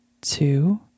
two